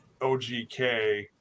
OGK